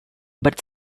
but